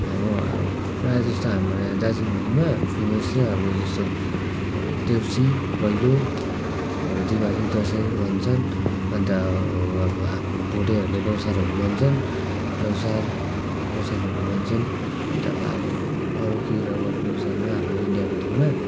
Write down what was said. प्रायः जस्तो हाम्रो यहाँ दार्जिलिङभरिमा फेमस चाहिँ अब जस्तो अब देउसी भैलो अब दिवाली दसैँ मान्छन् अन्त अब हाम्रो भोटेहरूले लोसारहरू मान्छन् लोसार लोसारहरू मान्छन् अन्त अब अरू बुझ्दामा हाम्रो इन्डियाको टिममा